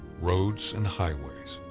roads and highways,